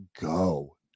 go